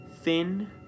thin